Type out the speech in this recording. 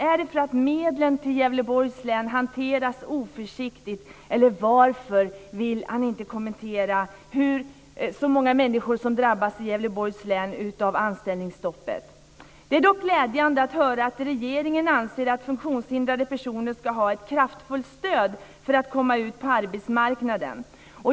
Är det så att medlen till Gävleborgs län hanteras oförsiktigt, eller varför vill näringsministern inte kommentera det anställningsstopp som drabbar så många människor i Det är dock glädjande att höra att regeringen anser att funktionshindrade personer ska ha ett kraftfullt stöd för att komma ut på arbetsmarknaden.